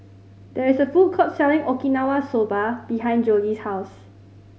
there is a food court selling Okinawa Soba behind Jolie's house